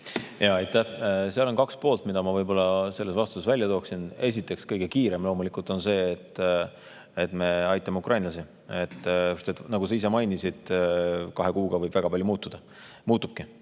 Aitäh! Seal on kaks poolt, mis ma võib-olla selles vastuses välja tooksin. Esiteks, kõige kiirem [vajadus] loomulikult on see, et me aitame ukrainlasi. Nagu sa ise mainisid, kahe kuuga võib väga palju muutuda. Muutubki,